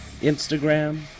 Instagram